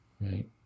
Right